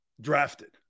drafted